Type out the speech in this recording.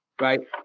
right